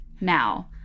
Now